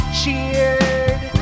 cheered